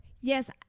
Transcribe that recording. yes